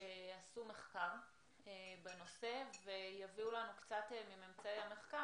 שעשו מחקר בנושא ויביאו לנו קצת מממצאי המחקר